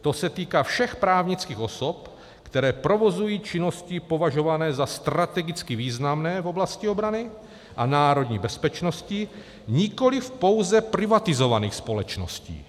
To se týká všech právnických osob, které provozují činnosti považované za strategicky významné v oblasti obrany a národní bezpečnosti, nikoliv pouze privatizovaných společností.